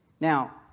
Now